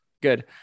good